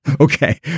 Okay